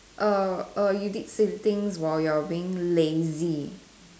err err you did silly things while you're being lazy